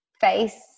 face